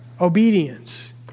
obedience